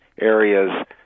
areas